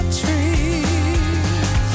trees